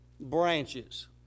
branches